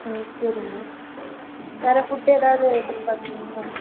ம் சரிங்க வேறு ஃபுட் ஏதாது எதிர்பார்க்குறிங்களா